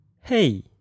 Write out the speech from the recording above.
hey